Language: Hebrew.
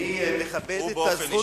הוא באופן אישי?